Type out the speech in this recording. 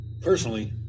personally